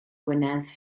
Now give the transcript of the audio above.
gwynedd